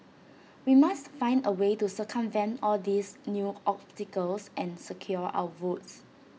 we must find A way to circumvent all these new obstacles and secure our votes